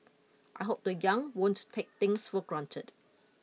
I hope the young won't take things for granted